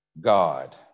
God